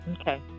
Okay